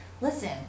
Listen